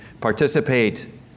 participate